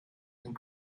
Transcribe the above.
and